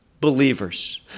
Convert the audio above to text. Believers